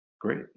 Great